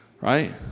Right